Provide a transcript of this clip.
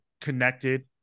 connected